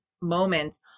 moment